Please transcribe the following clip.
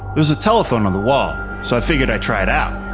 there's a telephone on the wall. so i figured i'd try it out.